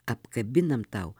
apkabinam tau